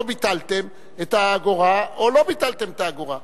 או שביטלתם את האגורה או שלא ביטלתם את האגורה.